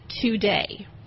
today